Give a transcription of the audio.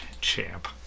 Champ